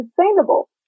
sustainable